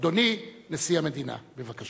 אדוני נשיא המדינה, בבקשה.